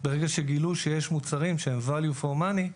ברגע שגילו שיש מוצרים שהם value for money,